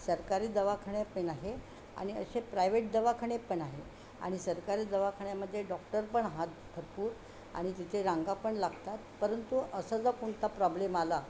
सरकारी दवाखाने पण आहे आणि असे प्रायवेट दवाखाने पण आहे आणि सरकारी दवाखाान्यामध्ये डॉक्टर पण आहेत भरपूर आणि तिथे रांगा पण लागतात परंतु असा जर कोणता प्रॉब्लेम आला